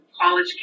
college